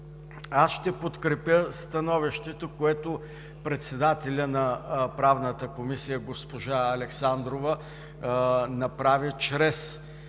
аз ще подкрепя становището, което председателят на Правната комисия госпожа Александрова направи чрез